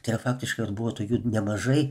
tai o faktiškai vat buvo tokių nemažai